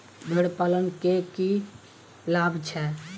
भेड़ पालन केँ की लाभ छै?